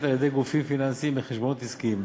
על-ידי גופים פיננסיים מחשבונות עסקיים.